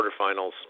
quarterfinals